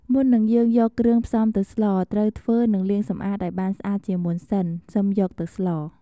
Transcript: មុននឹងយើងយកគ្រឿងផ្សំទៅស្ល ត្រូវធ្វើនិងលាងសម្អាតឱ្យបានស្អាតជាមុនសិនសឹមយកទៅស្ល។